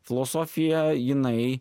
filosofija jinai